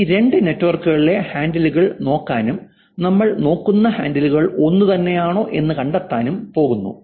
ഈ രണ്ട് നെറ്റ്വർക്കുകളിലെ ഹാൻഡിലുകൾ നോക്കാനും നമ്മൾ നോക്കുന്ന ഹാൻഡിലുകൾ ഒന്നുതന്നെയാണോ എന്ന് കണ്ടെത്താനും പോകുന്നു